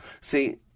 See